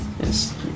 Yes